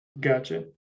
Gotcha